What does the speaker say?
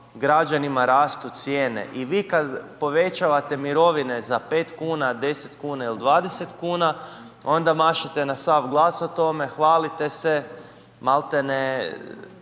građanima rastu cijene. I vi kada povećavate mirovine za 5 kuna, 10 kuna ili 20 kuna onda mašete na sav glas o tome, hvalite se, maltene